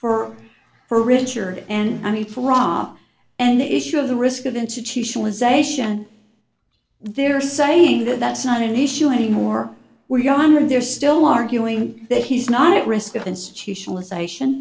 for for richer and i mean for rahm and the issue of the risk of institutionalization they're saying that that's not an issue anymore we are going there still arguing that he's not at risk of institutionalization